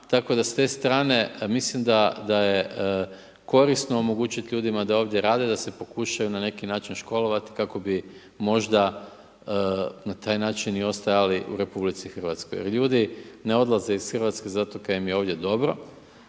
tako da s te strane mislim da je korisno omogućiti ljudima da ovdje rade da se pokušaju na neki način školovati kako bi možda na taj način i ostajali u Republici Hrvatskoj. Ljudi ne odlaze iz Hrvatske zato kaj im je ovdje dobro.